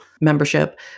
membership